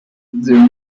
the